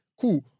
Cool